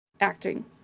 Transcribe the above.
acting